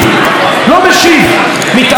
חבריא, אני מבקש שקט.